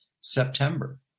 September